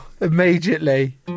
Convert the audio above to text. immediately